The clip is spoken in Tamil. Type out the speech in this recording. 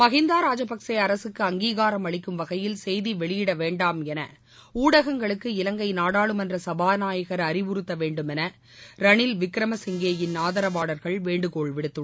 மகிந்தா ராஜபக்சே அரசுக்கு அங்கீகாரம் அளிக்கும் வகையில் செய்தி வெளியிடவேண்டாம் என ஊடகங்களுக்கு இலங்கை நாடாளுமன்ற சபாநாயகர் அறிவறுத்தவேண்டும் என ரனில் விக்ரமசிங்கேயின் ஆதரவாளர்கள் வேண்டுகோள் விடுத்துள்ளனர்